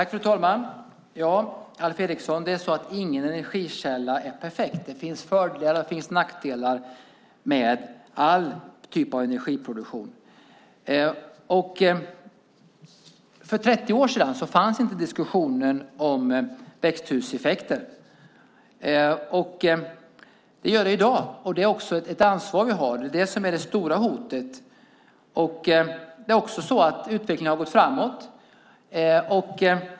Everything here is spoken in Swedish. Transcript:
Fru talman! Alf Eriksson, ingen energikälla är perfekt. Det finns både fördelar och nackdelar med varje typ av energiproduktion. För 30 år sedan fanns inte diskussionen om växthuseffekten, men i dag finns den. Vi har nu ett ansvar. Det är här som det stora hotet finns. Utvecklingen har samtidigt gått framåt.